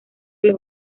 los